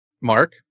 Mark